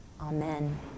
Amen